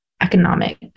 economic